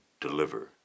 deliver